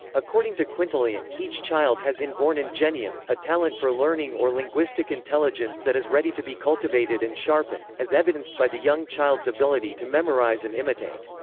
according to quintilian, each child has in-born ingenium, a talent for learning or linguistic intelligence that is ready to be cultivated and sharpened, as evidenced by the young child's ability to memorize and imitate.